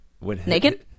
Naked